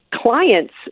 client's